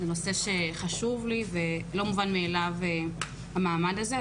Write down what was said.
זה נושא שחשוב לי ולא מובן מאליו המעמד הזה,